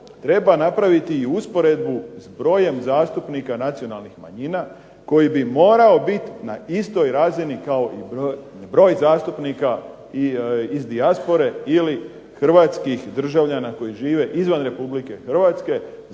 treba napraviti i usporedbu s brojem zastupnika nacionalnih manjina koji bi morao bit na istoj razini kao i broj zastupnika iz dijaspore ili hrvatskih državljana koji žive izvan Republike Hrvatske,